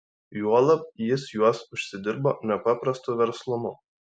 juolab jis juos užsidirbo nepaprastu verslumu